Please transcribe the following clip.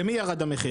למי ירד המחיר?